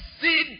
sin